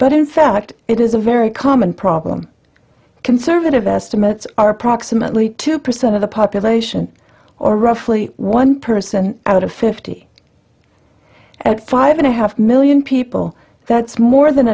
but in fact it is a very common problem conservative estimates are approximately two percent of the population or roughly one person out of fifty at five and a half million people that's more than